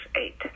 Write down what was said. eight